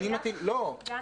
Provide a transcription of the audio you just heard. לא.